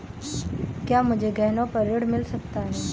क्या मुझे गहनों पर ऋण मिल सकता है?